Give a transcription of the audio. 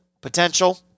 potential